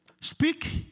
Speak